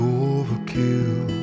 overkill